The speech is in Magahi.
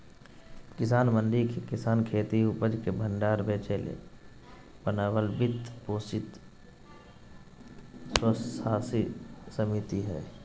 किसान मंडी किसानखेती उपज के भण्डार बेचेले बनाल वित्त पोषित स्वयात्तशासी समिति हइ